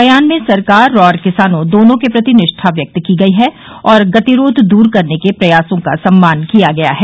बयान में सरकार और किसानों दोनों के प्रति निष्ठा व्यक्त की गई है और गतिरोध दूर करने के प्रयासों का सम्मान किया गया है